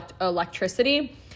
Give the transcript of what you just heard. electricity